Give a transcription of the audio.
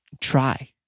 try